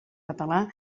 català